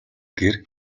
гэр